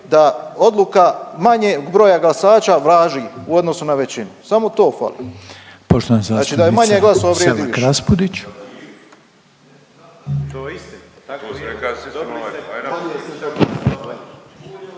da odluka manjeg broja glasača važi u odnosu na većem. Samo to fali. .../Upadica: Poštovana zastupnica …/... Znači da je manje glasova vrijedi više.